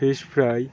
fish fry